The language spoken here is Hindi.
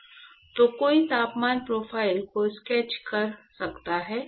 तो कोई तापमान प्रोफ़ाइल को स्केच कर सकता है